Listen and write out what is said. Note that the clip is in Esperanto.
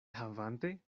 havante